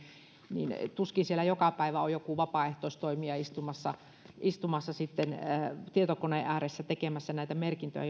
niin tuskin siellä joka päivä on joku vapaaehtoistoimija istumassa istumassa tietokoneen ääressä tekemässä näitä merkintöjä